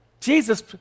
Jesus